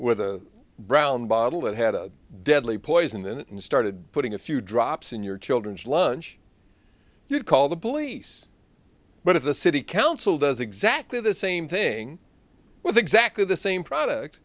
a brown bottle that had a deadly poison in it and started putting a few drops in your children's lunch you'd call the police but if the city council does exactly the same thing with exactly the same product